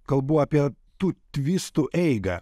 kalbu apie tų tvistų eigą